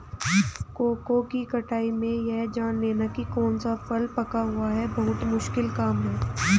cocoa की कटाई में यह जान लेना की कौन सा फल पका हुआ है बहुत मुश्किल काम है